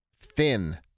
thin